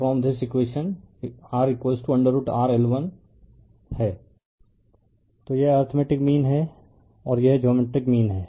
refer slide time 3602 तो यह arithmetic mean है और यह जियोमेट्रिक मीन है